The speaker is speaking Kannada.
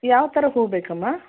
ಯಾವ ಥರ ಹೂವು ಬೇಕಮ್ಮ